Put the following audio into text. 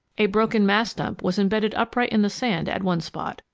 a broken mast stump was imbedded upright in the sand at one spot.